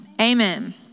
amen